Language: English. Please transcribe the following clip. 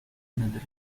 another